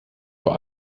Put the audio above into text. vor